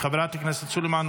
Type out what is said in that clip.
חברת הכנסת עאידה תומא סלימאן,